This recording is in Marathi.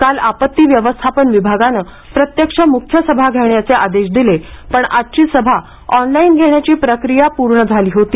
काल आपत्ती व्यवस्थापन विभागाने प्रत्यक्ष मुख्यसभा घेण्याचे आदेश दिले पण आजची सभा ऑनलाइन घेण्याची प्रक्रिया पूर्ण झाली होती